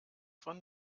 von